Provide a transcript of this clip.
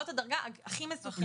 זאת הדרגה הכי מסוכנת.